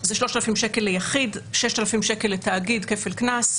זה 3,000 שקל ליחיד, 6,000 שקל לתאגיד, כפל קנס.